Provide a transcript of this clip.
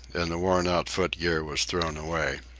and the worn-out foot-gear was thrown away.